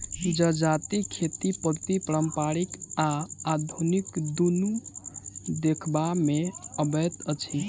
जजातिक खेती पद्धति पारंपरिक आ आधुनिक दुनू देखबा मे अबैत अछि